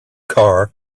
car